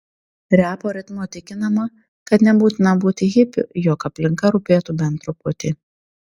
repo ritmu tikinama kad nebūtina būti hipiu jog aplinka rūpėtų bent truputį